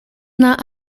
not